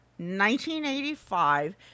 1985